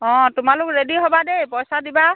অঁ তোমালোক ৰেডি হ'বা দেই পইচা দিবা